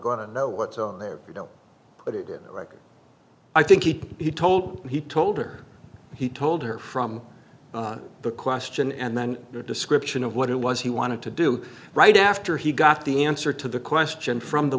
going to know what's on there you know but it record i think keep he told he told her he told her from the question and then your description of what it was he wanted to do right after he got the answer to the question from the